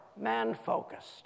man-focused